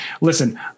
listen